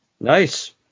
Nice